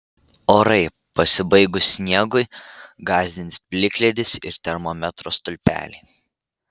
orai pasibaigus sniegui gąsdins plikledis ir termometro stulpeliai